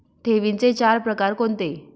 ठेवींचे चार प्रकार कोणते?